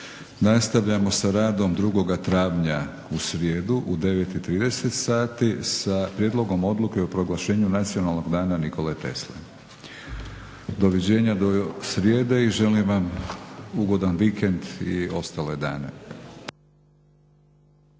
Nastavljamo sa radom 2. travnja u srijedu u 9,30 sati sa Prijedlogom odluke o proglašenju Nacionalnog dana Nikole Tesle. Doviđenja do srijede i želim vam ugodan vikend i ostale dane.